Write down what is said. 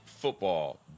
football